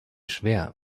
schwer